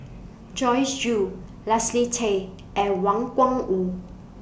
Joyce Jue Leslie Tay and Wang Gungwu